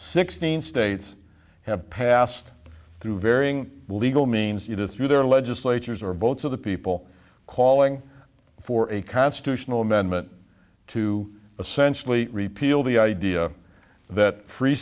sixteen states have passed through varying legal means it is through their legislatures or votes of the people calling for a constitutional amendment to essentially repeal the idea that free